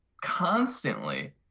constantly